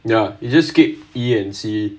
ya you just keep E and c